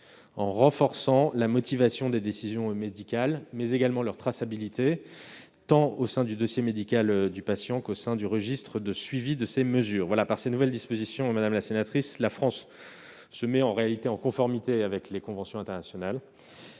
en renforçant la motivation des décisions médicales, mais également leur traçabilité tant au sein du dossier médical du patient qu'au sein du registre de suivi de ces mesures. En réalité, par ces nouvelles dispositions, la France se met en conformité avec les conventions internationales,